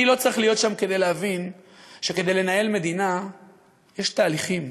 אני לא צריך להיות שם כדי להבין שכדי לנהל מדינה יש תהליכים